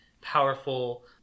powerful